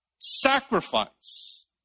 sacrifice